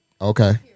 Okay